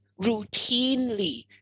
routinely